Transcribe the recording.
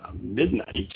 midnight